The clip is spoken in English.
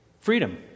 Freedom